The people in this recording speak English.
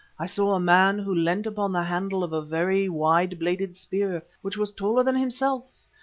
i saw a man who leant upon the handle of a very wide-bladed spear which was taller than himself,